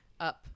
up